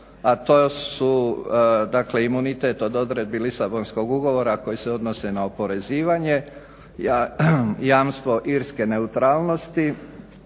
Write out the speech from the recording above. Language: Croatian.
a to su dakle imunitet od odredbi Lisabonskog ugovora koji se odnose na oporezivanje i jamstvo irske neutralnosti,